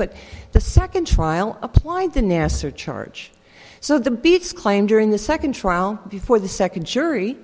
but the second trial applied the nasser charge so the beats claim during the second trial before the second jury